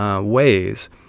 ways